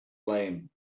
lame